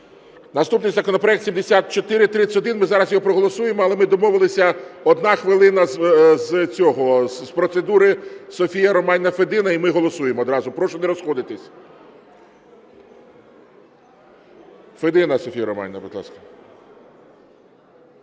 Наступний законопроект 7431. Ми зараз його проголосуємо. Але ми домовилися – одна хвилина з процедури Софія Романівна Федина. І ми голосуємо одразу, прошу не розходитись. Федина Софія Романівна, будь ласка.